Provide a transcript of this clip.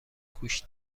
گوش